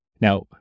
Now